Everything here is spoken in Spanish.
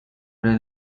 era